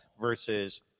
versus